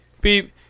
beep